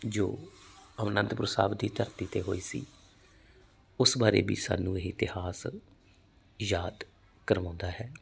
ਜੋ ਅਨੰਦਪੁਰ ਸਾਹਿਬ ਦੀ ਧਰਤੀ ਤੇ ਹੋਈ ਸੀ ਉਸ ਬਾਰੇ ਵੀ ਸਾਨੂੰ ਇਹ ਇਤਿਹਾਸ ਯਾਦ ਕਰਵਾਉਂਦਾ ਹੈ